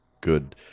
good